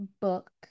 book